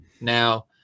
now